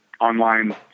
online